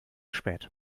spät